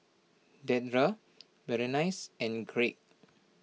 Dedra Berenice and Craig